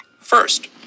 First